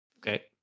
Okay